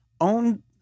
own